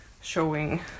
showing